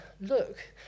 look